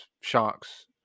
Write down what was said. sharks